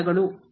ಧನ್ಯವಾದಗಳು